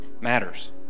matters